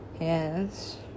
Yes